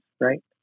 right